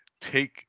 take